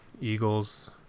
eagles